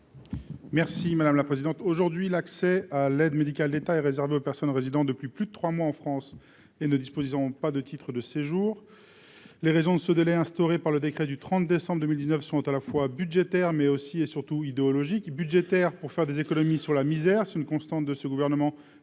Merci madame la présidente, aujourd'hui, l'accès à l'aide médicale d'État est réservée aux personnes résidant depuis plus de 3 mois en France et ne disposeront pas de titre de séjour, les raisons de ce délai, instaurée par le décret du 30 décembre 2019 sont à la fois budgétaire mais aussi et surtout il budgétaire pour faire des économies sur la misère, c'est une constante de ce gouvernement